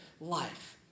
life